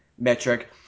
metric